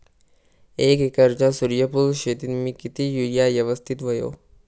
एक एकरच्या सूर्यफुल शेतीत मी किती युरिया यवस्तित व्हयो?